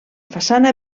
façana